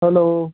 hello